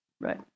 Right